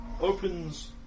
opens